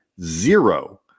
zero